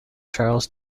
charles